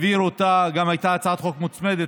וגם הייתה הצעת חוק מוצמדת.